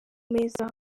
meza